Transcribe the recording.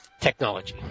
Technology